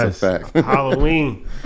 Halloween